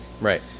Right